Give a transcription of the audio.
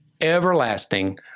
everlasting